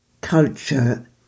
culture